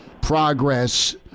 progress